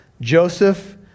Joseph